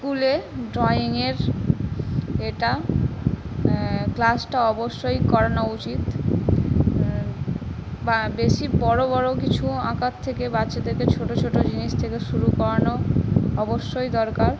স্কুলে ড্রয়িংয়ের এটা ক্লাসটা অবশ্যই করানো উচিত বা বেশি বড় বড় কিছু আঁকার থেকে বাচ্চাদেরকে ছোট ছোট জিনিস থেকে শুরু করানো অবশ্যই দরকার